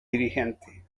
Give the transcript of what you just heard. dirigente